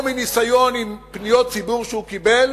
או מניסיון עם פניות ציבור שהוא קיבל,